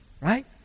right